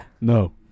No